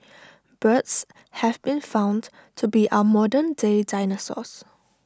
birds have been found to be our modernday dinosaurs